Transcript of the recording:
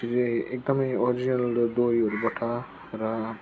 त्यो चाहिँ एकदमै ओरिजिनल डोरीहरूबाट र